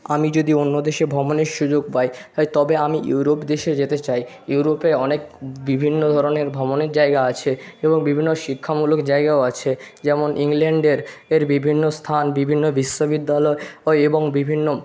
আমি যদি অন্য দেশে ভ্রমণের সুযোগ পাই তবে আমি ইউরোপ দেশে যেতে চাই ইউরোপে অনেক বিভিন্ন ধরনের ভ্রমণের জায়গা আছে এবং বিভিন্ন শিক্ষামূলক জায়গাও আছে যেমন ইংল্যান্ডের এর বিভিন্ন স্থান বিভিন্ন বিশ্ববিদ্যালয় হয় এবং বিভিন্ন